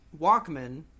Walkman